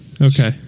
okay